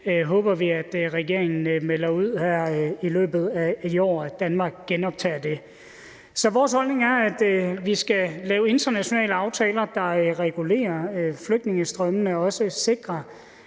vi håber, at regeringen melder ud her i løbet af i år, at Danmark genoptager det. Så vores holdning er, at man skal lave internationale aftaler, der regulerer flygtningestrømmene, og også sikre,